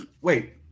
Wait